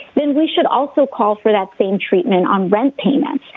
then we should also call for that same treatment on rent payments.